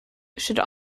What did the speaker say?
should